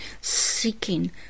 seeking